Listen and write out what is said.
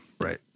right